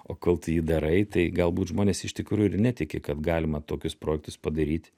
o kol tu jį darai tai galbūt žmonės iš tikrųjų ir netiki kad galima tokius projektus padaryti